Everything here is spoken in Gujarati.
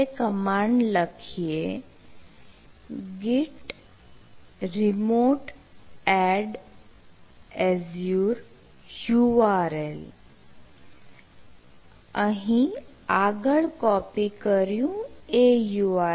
હવે કમાન્ડ લખીએ git remote add azure URL